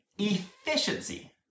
Efficiency